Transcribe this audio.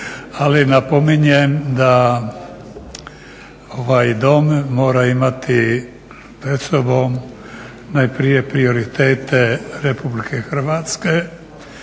ali napominjem da ovaj dom mora imati pred sobom najprije prioritete Republike Hrvatske,